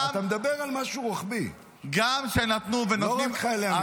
אתה מדבר על משהו רוחבי, לא רק חיילי המילואים.